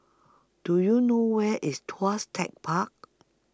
Do YOU know Where IS Tuas Tech Park